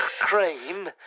cream